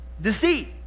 Deceit